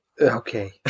Okay